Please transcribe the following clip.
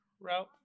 route